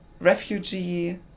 refugee